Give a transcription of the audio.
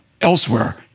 elsewhere